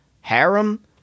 Harem